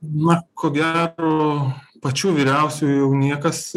na ko gero pačių vyriausiųjų jau niekas